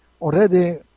already